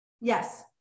Yes